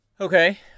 Okay